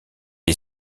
est